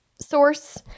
source